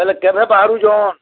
ବେଲେ କେଭେ ବାହାରୁଛନ୍